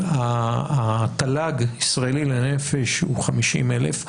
התל"ג הישראלי לנפש הוא 50,000,